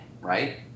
right